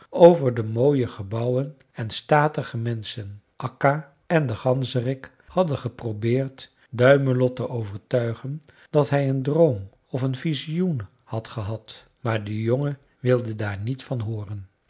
over de mooie gebouwen en statige menschen akka en de ganzerik hadden geprobeerd duimelot te overtuigen dat hij een droom of een visioen had gehad maar de jongen wilde daar niet van hooren